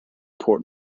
port